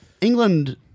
England